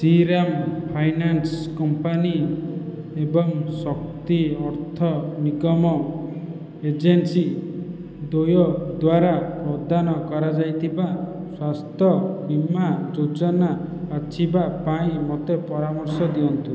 Shriram finance company ଏବଂ Shakti Artha Nigam agency ଦ୍ୱୟ ଦ୍ଵାରା ପ୍ରଦାନ କରାଯାଇଥିବା ସ୍ୱାସ୍ଥ୍ୟ ବୀମା ଯୋଜନା ବାଛିବା ପାଇଁ ମୋତେ ପରାମର୍ଶ ଦିଅନ୍ତୁ